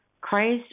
Christ